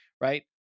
Right